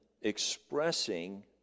expressing